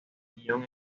guion